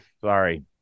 Sorry